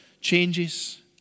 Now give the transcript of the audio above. changes